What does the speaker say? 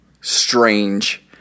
strange